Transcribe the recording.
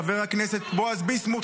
חבר הכנסת בועז ביסמוט,